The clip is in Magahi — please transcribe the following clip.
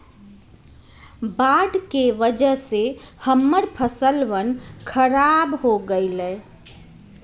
बाढ़ के वजह से हम्मर फसलवन खराब हो गई लय